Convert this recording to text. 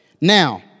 Now